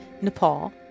nepal